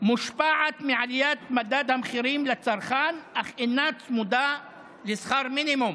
מושפעת מעליית מדד המחירים לצרכן אך אינה צמודה לשכר מינימום.